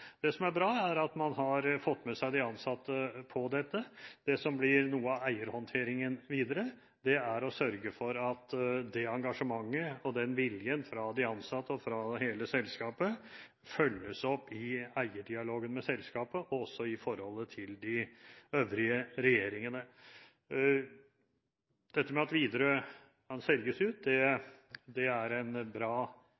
Det som er bra, er at man har fått med seg de ansatte på dette. Det som blir noe av eierhåndteringen videre, er å sørge for at engasjementet og viljen hos de ansatte og i selskapet følges opp i eierdialogen med selskapet, også i forholdet til de øvrige regjeringene. At Widerøe kan selges ut, er en bra del av det